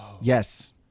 Yes